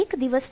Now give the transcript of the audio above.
S